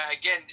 again